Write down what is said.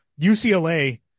UCLA